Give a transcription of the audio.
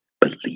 Believe